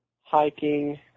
hiking